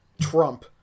Trump